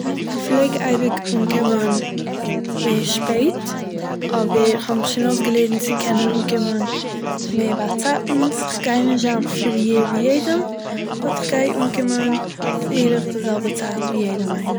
איך פלעג אייביג אנקומען מער שפעט, אבער איך האב זיך שוין אויסגעלערנט צו קענען אנקומען מער באצייטנס, איך גיי נישט זיין פריער ווי יעדן, באט איך גיי אנקומען בערך די זעלבע צייט ווי יעדער איינער